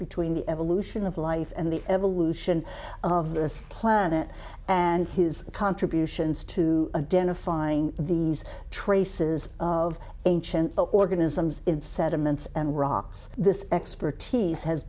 between the evolution of life and the evolution of this planet and his contributions to a den of find these traces of ancient organisms in sediments and rocks this expertise has